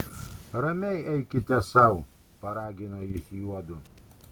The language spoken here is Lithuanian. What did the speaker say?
ramiai eikite sau paragino jis juodu